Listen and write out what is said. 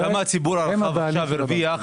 אז כמה הציבור הרחב עכשיו הרוויח,